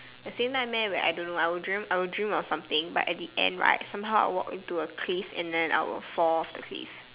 the same nightmare where I don't know I will dream I will dream of something but at the end right somehow I walk into a cliff and then I will fall of the cliff